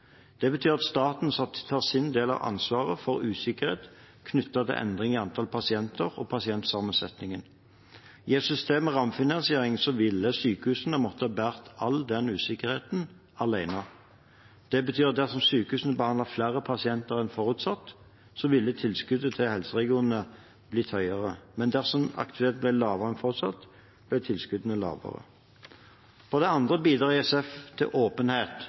Det betyr at staten tar sin del av ansvaret for usikkerhet knyttet til endring i antall pasienter og pasientsammensetningen. I et system med rammefinansiering ville sykehusene ha måttet bære all den usikkerheten alene. Det betyr at dersom sykehusene behandler flere pasienter enn forutsatt, ville tilskuddet til helseregionene ha blitt høyere. Men dersom aktiviteten blir lavere enn forutsatt, blir tilskuddene lavere. For det andre bidrar ISF til åpenhet